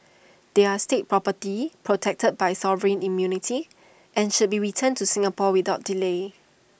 they are state property protected by sovereign immunity and should be returned to Singapore without delay